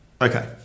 okay